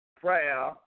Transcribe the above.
prayer